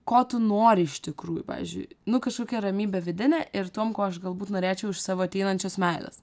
ko tu nori iš tikrųjų pavyzdžiui nu kažkokia ramybė vidinė ir tuom ko aš galbūt norėčiau iš savo ateinančios meilės